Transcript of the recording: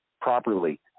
properly